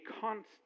constant